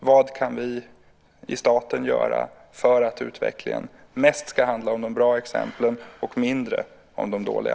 Vad kan vi i staten göra för att utvecklingen mest ska handla om de bra exemplen och mindre om de dåliga?